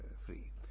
free